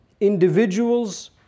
individuals